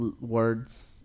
words